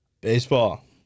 Baseball